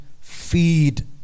Feed